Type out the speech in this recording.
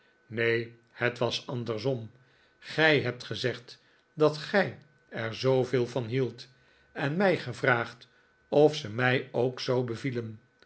neen het was andersom g ij hebt gezegd dat gij er zooveel van hieldt en m ij gevraagd of ze mij ook zoo bevielen